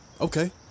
Okay